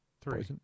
three